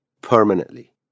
permanently